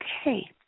Okay